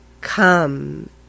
Come